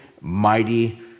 mighty